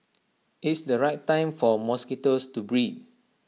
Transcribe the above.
it's the right time for mosquitoes to breed